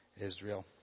Israel